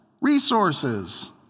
resources